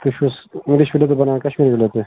تۄہہِ چھِو حظ کشمیری